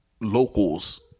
locals